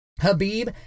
Habib